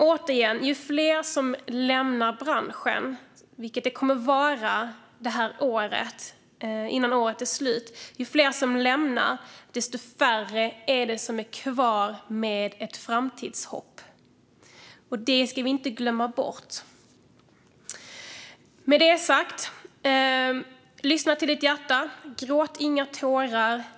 Återigen: Ju fler som lämnar branschen, och det kommer att vara många innan det här året är slut, desto färre är det kvar med ett framtidshopp. Det ska vi inte glömma bort. Med det sagt: Lyssna till ditt hjärta, och gråt inga tårar!